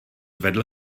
zvedl